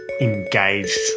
engaged